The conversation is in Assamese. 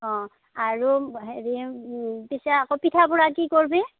অ আৰু হেৰি পিছে আকৌ পিঠা পূৰা কি কৰিবি